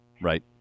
right